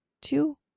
two